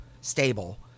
stable